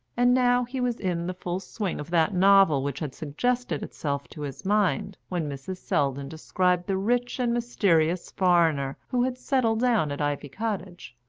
and now he was in the full swing of that novel which had suggested itself to his mind when mrs. selldon described the rich and mysterious foreigner who had settled down at ivy cottage.